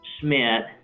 Schmidt